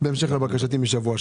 בהמשך לבקשתי משבוע שעבר.